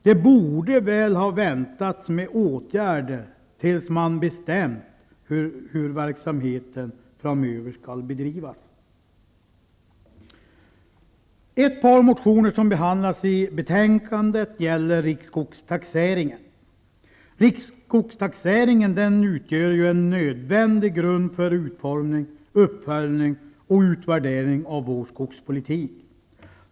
Man borde nog ha väntat med åtgärder tills man bestämt hur verksamheten skall bedrivas framöver. Ett par motioner som behandlas i betänkandet gäller riksskogstaxeringen. Den utgör en nödvändig grund för utformning, uppföljning och utvärdering av vår skogspolitik.